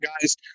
guys